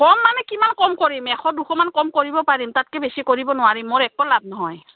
কম মানে কিমান কম কৰিম এশ দুশমান কম কৰিব পাৰিম তাতকৈ বেছি কৰিব নোৱাৰিম মোৰ একো লাভ নহয়